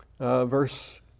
verse